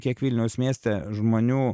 kiek vilniaus mieste žmonių